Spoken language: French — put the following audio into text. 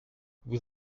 vous